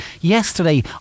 Yesterday